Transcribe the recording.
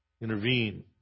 intervene